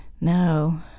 No